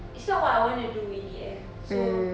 it's not what I want to do in the end so